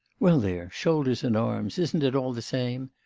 well there, shoulders and arms, isn't it all the same?